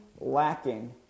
lacking